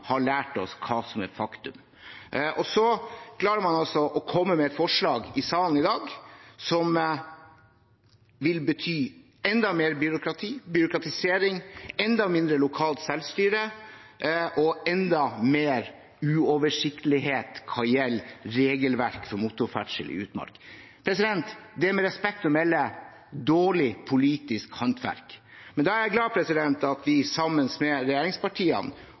har lært oss hva som er faktum. Så klarer man altså å komme med et forslag i salen i dag som vil bety enda mer byråkrati, byråkratisering, enda mindre lokalt selvstyre og enda mer uoversiktlighet hva gjelder regelverk for motorferdsel i utmark. Det er med respekt å melde dårlig politisk håndverk. Men da er jeg glad for at vi sammen med regjeringspartiene,